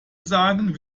sagen